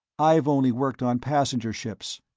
i've only worked on passenger ships.